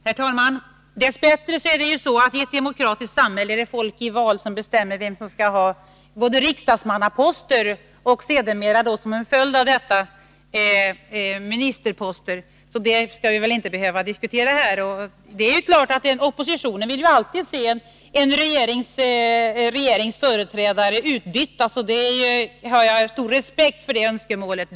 Herr talman! Dess bättre är det i ett demokratiskt samhälle folket i val som bestämmer vem som skall ha både riksdagsmannaposter och sedermera, som en följd av detta, ministerposter. Det skall vi väl inte behöva diskutera här. Men det är klart att oppositionen alltid vill se en regerings företrädare utbytta, så det önskemålet har jag stor respekt för, Doris Håvik.